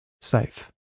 safe